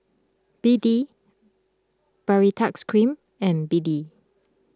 B D Baritex Cream and B D